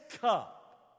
cup